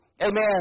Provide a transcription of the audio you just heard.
Amen